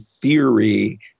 theory